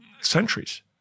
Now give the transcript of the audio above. centuries